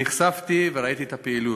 שנחשפתי אליהם וראיתי בהם את הפעילות.